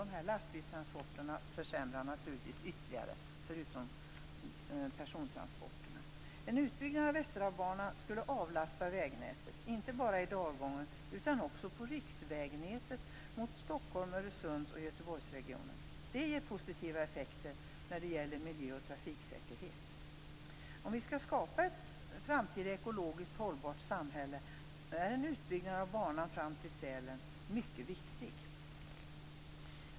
Dessa lastbilstransporter försämrar naturligtvis ytterligare, förutom persontransporterna. En utbyggnad av Västerdalsbanan skulle avlasta vägnätet, inte bara i dalgången utan också på riksvägnätet mot Stockholms-, Öresunds och Göteborgsregionerna. Det ger positiva effekter när det gäller miljö och trafiksäkerhet. Om vi skall skapa ett framtida ekologiskt hållbart samhälle är en utbyggnad av banan fram till Sälen mycket viktig.